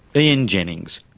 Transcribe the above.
ian jennings,